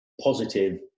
positive